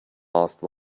asked